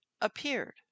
appeared